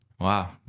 Wow